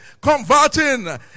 converting